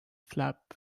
flap